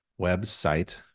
Website